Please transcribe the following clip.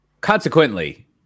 consequently